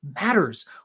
matters